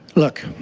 look,